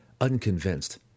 unconvinced